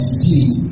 Spirit